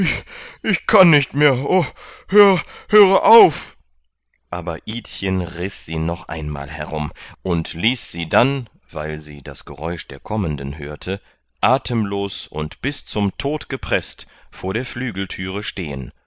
ich kann nicht mehr o hö re auf aber idchen riß sie noch einmal herum und ließ sie dann weil sie das geräusch der kommenden hörte atemlos und bis zum tod gepreßt vor der flügeltüre stehen